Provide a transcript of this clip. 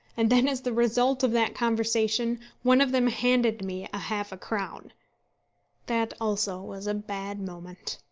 and then as the result of that conversation one of them handed me half-a-crown! that also was a bad moment.